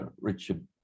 Richard